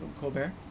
Colbert